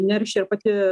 neršia ir pati